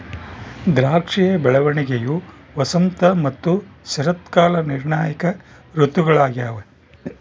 ದ್ರಾಕ್ಷಿಯ ಬೆಳವಣಿಗೆಯು ವಸಂತ ಮತ್ತು ಶರತ್ಕಾಲ ನಿರ್ಣಾಯಕ ಋತುಗಳಾಗ್ಯವ